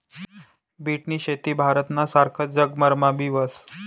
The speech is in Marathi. बीटनी शेती भारतना सारखस जगभरमा बी व्हस